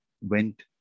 went